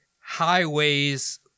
highways